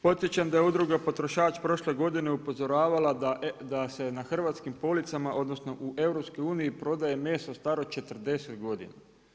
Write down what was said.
Podsjećam da je Udruga potrošač prošle godine upozoravala da se na hrvatskim policama odnosno u EU prodaje meso staro 40 godina.